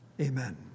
Amen